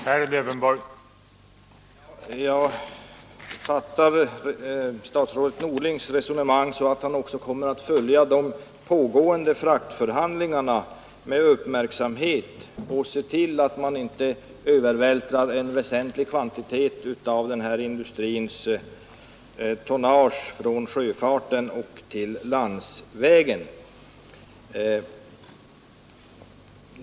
Herr talman! Jag fattar statsrådet Norlings resonemang så, att han kommer att följa de pågående fraktförhandlingarna med uppmärksamhet och se till att inte en väsentlig kvantitet av den här industrins fraktgods övervältras från sjöfarten till landsvägstransporter.